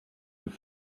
have